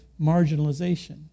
marginalization